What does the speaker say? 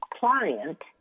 client